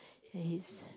his